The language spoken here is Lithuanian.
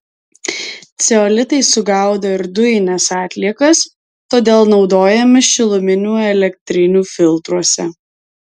ceolitai sugaudo ir dujines atliekas todėl naudojami šiluminių elektrinių filtruose